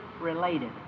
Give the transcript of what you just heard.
related